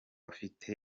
afite